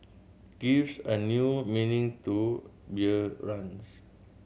gives a new meaning to beer runs